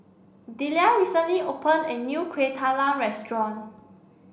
Delia recently open a new Kueh Talam restaurant